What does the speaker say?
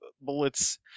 bullets